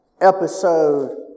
episode